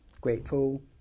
grateful